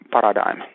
paradigm